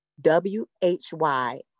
W-H-Y